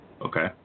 Okay